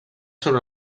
sobre